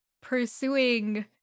pursuing